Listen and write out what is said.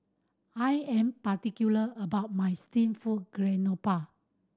I am particular about my steamed garoupa